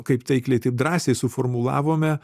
kaip taikliai taip drąsiai suformulavome